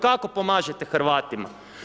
Kako pomažete Hrvatima?